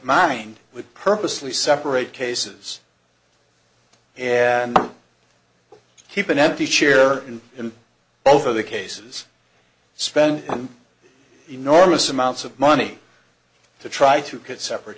mind would purposely separate cases and keep an empty chair in both of the cases spend enormous amounts of money to try to get separate